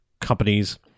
companies